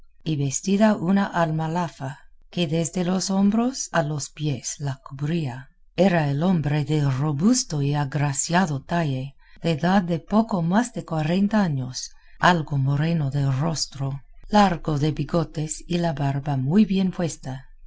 y vestida una almalafa que desde los hombros a los pies la cubría era el hombre de robusto y agraciado talle de edad de poco más de cuarenta años algo moreno de rostro largo de bigotes y la barba muy bien puesta